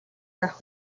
байх